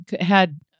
had-